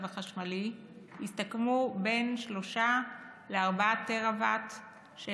החשמלי יסתכמו בין 3 ל-4 טרה-ואט לשעה,